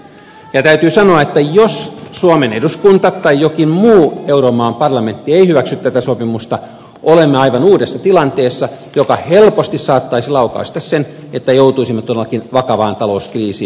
täytyy sanoa että jos suomen eduskunta tai jokin muu euromaan parlamentti ei hyväksy tätä sopimusta olemme aivan uudessa tilanteessa joka helposti saattaisi laukaista sen että joutuisimme todellakin vakavaan talouskriisiin